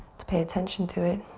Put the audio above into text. to pay attention to it